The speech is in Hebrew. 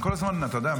אתם כל הזמן משקרים,